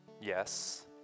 yes